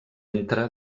entre